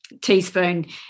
teaspoon